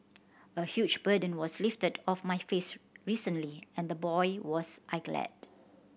a huge burden was lifted off my face recently and boy was I glad